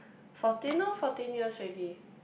fourteen loh fourteen years already